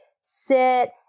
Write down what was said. sit